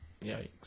Yikes